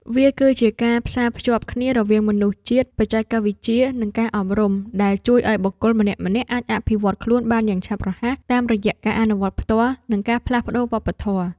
វាគឺជាការផ្សារភ្ជាប់គ្នារវាងមនុស្សជាតិ បច្ចេកវិទ្យា និងការអប់រំ ដែលជួយឱ្យបុគ្គលម្នាក់ៗអាចអភិវឌ្ឍខ្លួនបានយ៉ាងឆាប់រហ័ស តាមរយៈការអនុវត្តផ្ទាល់ និងការផ្លាស់ប្តូរវប្បធម៌។